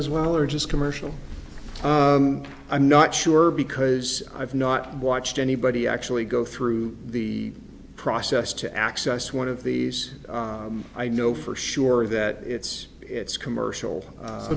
as well or just commercial i'm not sure because i've not watched anybody actually go through the process to access one of these i know for sure that it's it's commercial